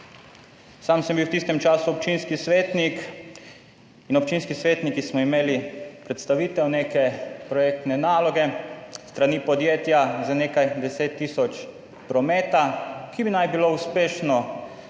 Sam sem bil v tistem času občinski svetnik. In občinski svetniki smo imeli predstavitev neke projektne naloge s strani podjetja za nekaj 10 tisoč prometa, ki bi naj bilo uspešno na